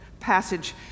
passage